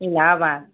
Allahabad